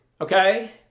okay